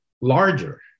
larger